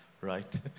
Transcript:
right